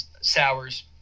sours